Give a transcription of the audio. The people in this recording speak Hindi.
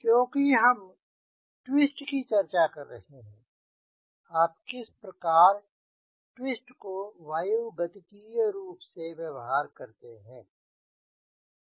क्योंकि हम ट्विस्ट की चर्चा कर रहे हैं आप किस प्रकार ट्विस्ट को वायुगतिकीय रूप से व्यवहार कर सकते हैं